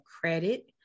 credit